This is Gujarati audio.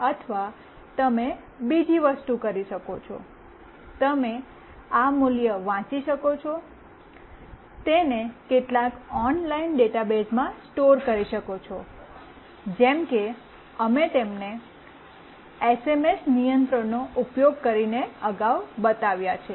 અથવા તમે બીજી વસ્તુ કરી શકો છો તમે આ મૂલ્ય વાંચી શકો છો તેને કેટલાક ઓનલાઇન ડેટાબેઝમાં સ્ટોર કરી શકો છો જેમ કે અમે તમને એસએમએસ નિયંત્રણનો ઉપયોગ કરીને અગાઉ બતાવ્યા છે